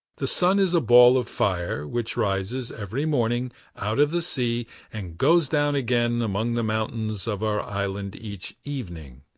the sun is a ball of fire, which rises every morning out of the sea and goes down again among the mountains of our island each evening.